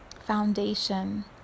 foundation